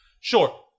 Sure